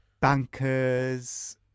bankers